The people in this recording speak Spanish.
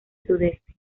sudeste